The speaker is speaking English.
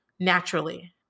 Naturally